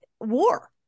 war